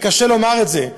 וקשה לומר את זה,